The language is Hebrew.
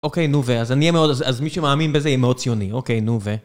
אוקיי, נו ו... אז אני אהיה מאוד... אז מי שמאמין בזה יהיה מאוד ציוני. אוקיי, נו ו...